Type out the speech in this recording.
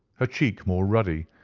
her cheek more rudy,